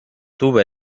tuve